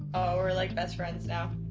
we're like best friends now. oh,